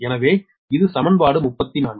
எனவே இது சமன்பாடு 34